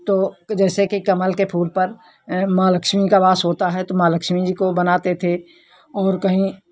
तो जैसे कि कमल के फूल पर माँ लक्ष्मी का वास होता है तो माँ लक्ष्मी जी को बनाते थे और कहीं